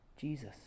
Jesus